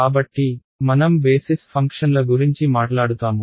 కాబట్టి మనం బేసిస్ ఫంక్షన్ల గురించి మాట్లాడుతాము